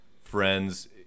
friends